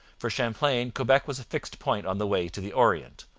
for champlain quebec was a fixed point on the way to the orient.